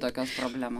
tokia problema